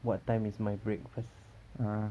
what time is my breakfast